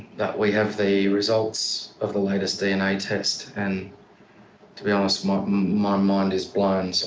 that we have the results of the latest dna test, and to be honest my my mind is blown. so,